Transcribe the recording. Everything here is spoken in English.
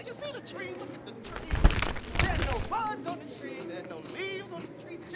you see the tree? look at the tree. there are no birds on the tree, there are no leaves on the tree.